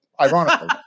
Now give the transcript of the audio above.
ironically